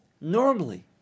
normally